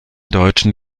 deutschen